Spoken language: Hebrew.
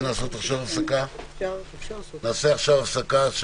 זה יקשה על גמישות הפעולה ומהירות המענה,